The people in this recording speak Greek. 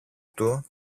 του